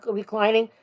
reclining